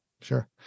Sure